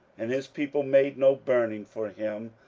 and his people made no burning for him,